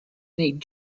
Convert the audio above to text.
need